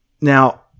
Now